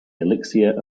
elixir